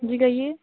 जी कहिए